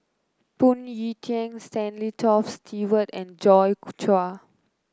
Phoon Yew Tien Stanley Toft Stewart and Joi Chua